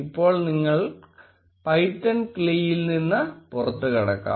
ഇപ്പോൾ നിങ്ങൾക്ക് Python CLI യിൽ നിന്ന് പുറത്തുകടക്കാം